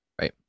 Right